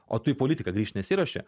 o tu į politiką grįžt nesiruoši